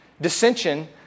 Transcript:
Dissension